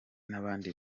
n’abandi